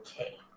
Okay